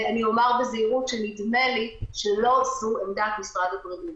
אני אומר בזהירות שנדמה לי שלא זו עמדת משרד הבריאות.